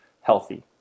healthy